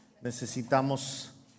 necesitamos